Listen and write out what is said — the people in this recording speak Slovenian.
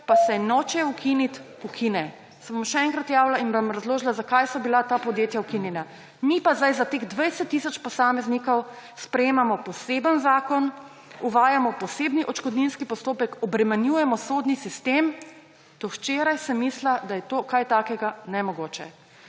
pa se nočejo ukiniti, ukine. Se bom še enkrat javila in vam razložila, zakaj so bila ta podjetja ukinjena. Mi pa zdaj za teh 20 tisoč posameznikov sprejemamo poseben zakon, uvajamo poseben odškodninski postopek, obremenjujemo sodni sistem. Do včeraj sem mislila, da je kaj takega nemogoče.